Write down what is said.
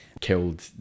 killed